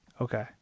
Okay